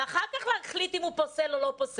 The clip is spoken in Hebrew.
ואחר כך להחליט אם הוא פוסל או לא פוסל.